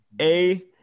A-